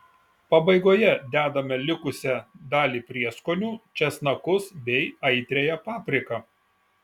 pabaigoje dedame likusią dalį prieskonių česnakus bei aitriąją papriką